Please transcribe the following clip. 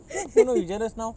who knows you jealous now